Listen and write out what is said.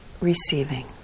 receiving